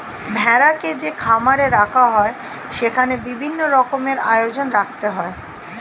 ভেড়াকে যে খামারে রাখা হয় সেখানে বিভিন্ন রকমের আয়োজন রাখতে হয়